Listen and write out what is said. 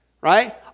right